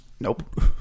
Nope